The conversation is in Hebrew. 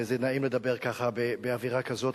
וזה נעים לדבר כך באווירה כזאת,